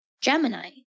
Gemini